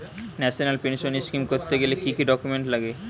National pension scheme করতে গেলে কি কি ডকুমেন্ট লাগে?